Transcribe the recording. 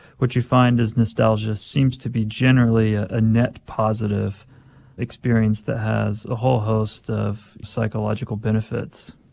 what you find is nostalgia seems to be generally ah a net positive experience that has a whole host of psychological benefits